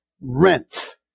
rent